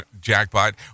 jackpot